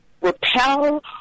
repel